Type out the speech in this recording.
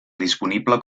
disponible